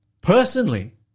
Personally